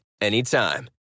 anytime